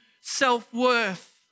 self-worth